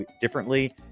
differently